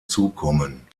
zukommen